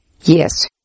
Yes